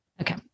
Okay